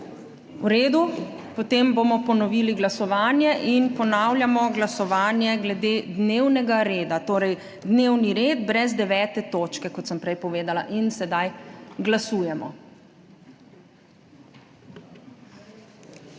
V redu, potem bomo ponovili glasovanje. Ponavljamo glasovanje glede dnevnega reda, torej dnevni red brez 9. točke, kot sem prej povedala. Glasujemo.